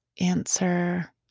answer